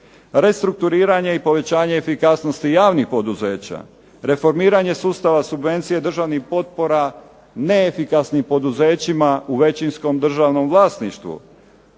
restrukturiranje i povećanje efikasnosti javnih poduzeća, reformiranje sustava subvencije državnih potpora neefikasnim poduzećima u većinskom državnom vlasništvu,